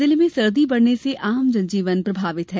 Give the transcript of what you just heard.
जिले में सर्दी बढ़ने से आम जन जीवन प्रभावित है